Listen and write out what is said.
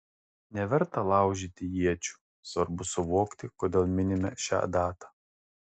neverta laužyti iečių svarbu suvokti kodėl minime šią datą